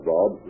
Bob